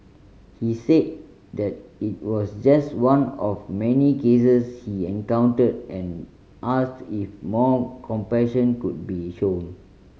he said that it was just one of many cases he encountered and asked if more compassion could be shown